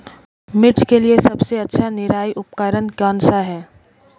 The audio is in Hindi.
मिर्च के लिए सबसे अच्छा निराई उपकरण कौनसा है?